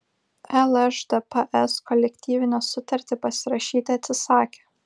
lšdps kolektyvinę sutartį pasirašyti atsisakė